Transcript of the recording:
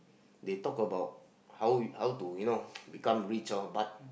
they talk about how you how to you know become rich lor but